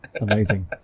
amazing